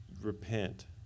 repent